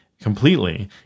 completely